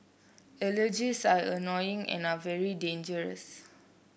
allergies are annoying and are very dangerous